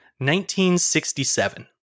1967